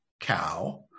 cow